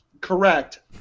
correct